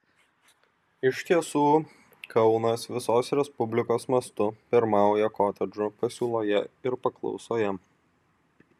iš tiesų kaunas visos respublikos mastu pirmauja kotedžų pasiūloje ir paklausoje